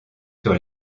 sur